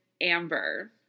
Amber